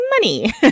money